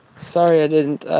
sorry i didn't